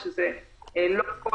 שזה לא כל